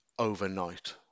overnight